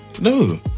No